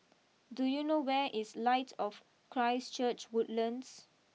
do you know where is Light of Christ Church Woodlands